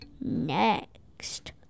next